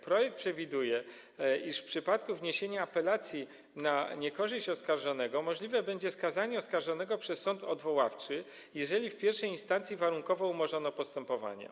Projekt przewiduje, iż w przypadku wniesienia apelacji na niekorzyść oskarżonego możliwe będzie skazanie oskarżonego przez sąd odwoławczy, jeżeli w I instancji warunkowo umorzono postępowanie.